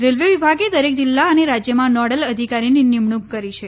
railway વિભાગે દરેક જીલ્લા અને રાજયમાં નોડલ અધિકારીની નીમણુંક કરી છે